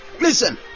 Listen